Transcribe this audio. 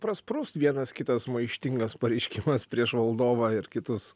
prasprūst vienas kitas maištingas pareiškimas prieš valdovą ir kitus